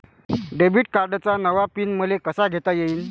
Debit कार्डचा नवा PIN मले कसा घेता येईन?